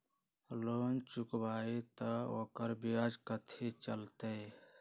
Loan चुकबई त ओकर ब्याज कथि चलतई?